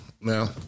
No